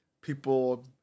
people